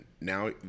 now